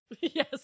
Yes